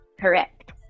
correct